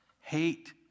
hate